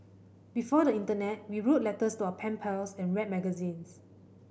before the internet we wrote letters to our pen pals and read magazines